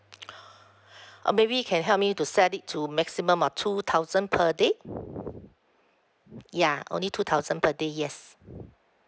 uh maybe you can help me to set it to maximum of two thousand per day ya only two thousand per day yes